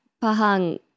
Pahang